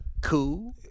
cool